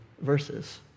verses